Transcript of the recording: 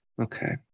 okay